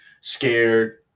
scared